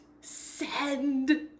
send